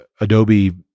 adobe